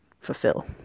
fulfill